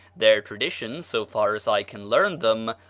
their traditions, so far as i can learn them,